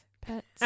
pets